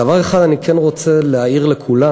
דבר אחד אני כן רוצה להעיר לכולנו.